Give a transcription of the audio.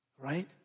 right